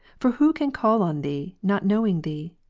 for who can call on thee, not knowing thee?